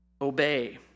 obey